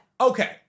okay